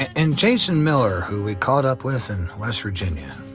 and jason miller, who we caught up with in west virginia.